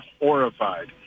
horrified